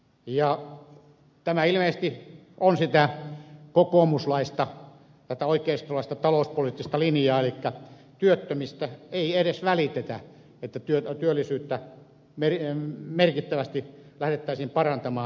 tämä ilmeisesti on sitä kokoomuslaista tätä oikeistolaista talouspoliittista linjaa elikkä työttömistä ei edes välitetä niin että työllisyyttä merkittävästi lähdettäisiin parantamaan